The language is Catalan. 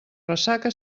ressaca